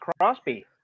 Crosby